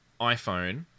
iPhone